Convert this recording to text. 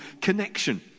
connection